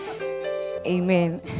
Amen